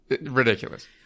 Ridiculous